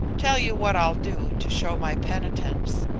tell you what i'll do to show my penitence.